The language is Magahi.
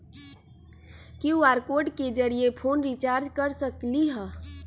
कियु.आर कोड के जरिय फोन रिचार्ज कर सकली ह?